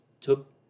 took